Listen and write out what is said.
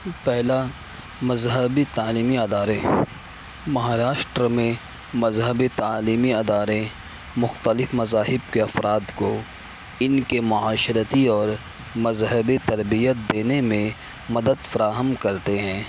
پہلا مذہبی تعلیمی ادارے مہاراشٹر میں مذہبی تعلیمی ادارے مختلف مذاہب کے افراد کو ان کے معاشرتی اور مذہبی تربیت دینے میں مدد فراہم کرتے ہیں